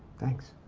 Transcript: thanks.